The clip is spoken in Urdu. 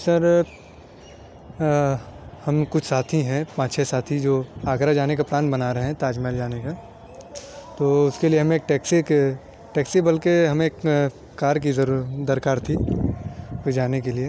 سر ہم کچھ ساتھی ہیں پانچ چھ ساتھی جو آگرہ جانے کا پلان بنا رہے ہیں تاج محل جانے کا تو اس کے لیے ہمیں ایک ٹیکس اک ٹیکسی بلکہ ہمیں ایک کار کی ضرور درکار تھی جانے کے لیے